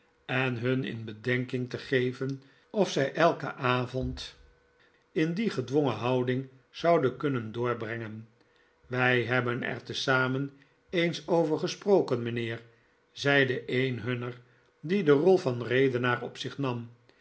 en hun in bedenking te geven of zij elken avond in die gedwongen houding zouden kunnen doorbrengen wij hebben er te zamen eens over gesproken mijnheer zeide een hunner die de rol van redenaar op zich nam